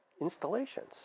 installations